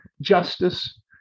justice